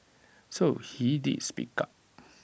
so he did speak up